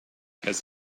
has